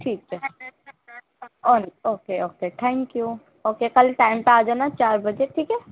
ٹھیک ہے okay okay thank you okay کل ٹائم پہ آ جانا چار بجے ٹھیک ہے